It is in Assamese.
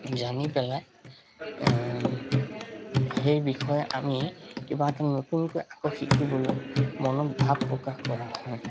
জানি পেলাই সেই বিষয়ে আমি কিবা এটা নতুনকৈ আকৌ শিকিবলৈ মনত ভাৱ প্ৰকাশ কৰা হয়